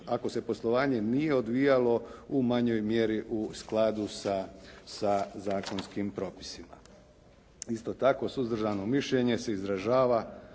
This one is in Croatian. ako se poslovanje nije odvijalo u manjoj mjeri u skladu sa zakonskim propisima. Isto tako suzdržano mišljenje se izražava,